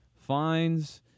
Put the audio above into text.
fines